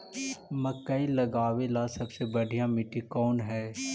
मकई लगावेला सबसे बढ़िया मिट्टी कौन हैइ?